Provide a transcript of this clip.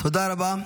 תודה רבה.